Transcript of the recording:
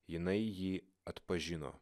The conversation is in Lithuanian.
jinai jį atpažino